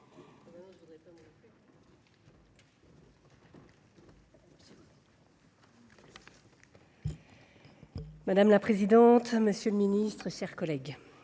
Madame la présidente, monsieur le ministre, mes chers collègues,